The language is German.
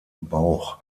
bauch